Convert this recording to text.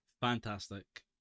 fantastic